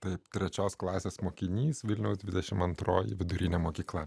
taip trečios klasės mokinys vilniaus dvidešimt antroji vidurinė mokykla